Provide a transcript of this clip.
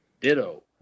Ditto